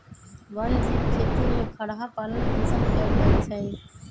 वन जीव खेती में खरहा पालन पोषण कएल जाइ छै